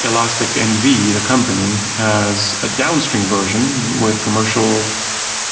elastic nv, the company has a downstream version with commercial